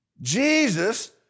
Jesus